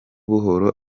buhoro